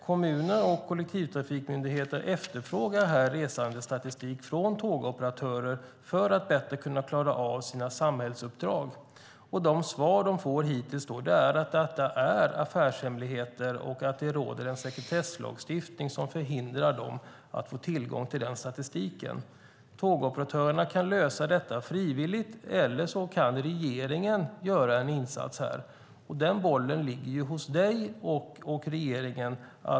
Kommuner och kollektivtrafikmyndigheter efterfrågar resandestatistik från tågoperatörer för att bättre kunna klara av sina samhällsuppdrag. Det svar som de hittills fått är att detta är affärshemligheter och att det råder en sekretesslagstiftning som förhindrar dem att få tillgång till den statistiken. Tågoperatörerna kan lösa detta frivilligt, eller så kan regeringen göra en insats. Bollen ligger nu hos statsrådet och regeringen.